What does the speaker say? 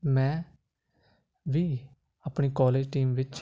ਮੈਂ ਵੀ ਆਪਣੀ ਕੋਲਜ ਟੀਮ ਵਿੱਚ